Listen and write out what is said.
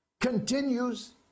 continues